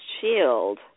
shield